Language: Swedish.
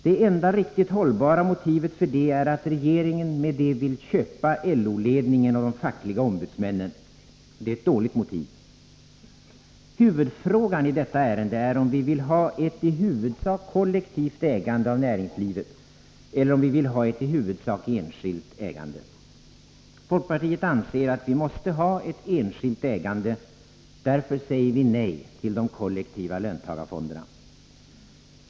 Det enda riktigt hållbara motivet för detta är att regeringen därmed vill ”köpa” LO-ledningen och de fackliga ombudsmännen. Det är ett dåligt motiv. Huvudfrågan i detta ärende är om vi vill ha ett i huvudsak kollektivt ägande av näringslivet eller om vi vill ha ett i huvudsak enskilt ägande. Folkpartiet anser att vi måste ha ett enskilt ägande. Därför säger vi nej till de kollektiva löntagarfonderna.